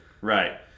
Right